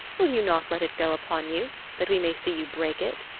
will you not let it go upon you that we may see you break it?